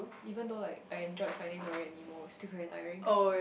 even though like I enjoyed Finding Dory and Nemo it's still very tiring